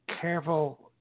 careful